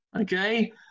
okay